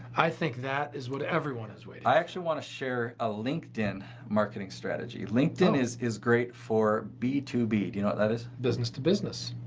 i think that is what everyone is waiting. i actually want to share a linkedin marketing strategy. linkedin is is great for b two b, you know that is? business-to-business.